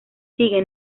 sigue